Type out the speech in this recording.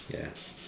ya